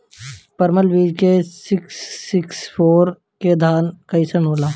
परमल बीज मे सिक्स सिक्स फोर के धान कईसन होला?